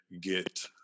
get